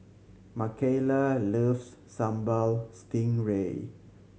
Mckayla loves Sambal Stingray